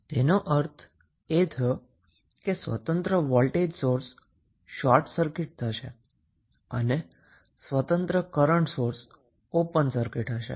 તેનો અર્થ એ થયો કે independent voltage source short circuit થશે અને independent current source open circuit થશે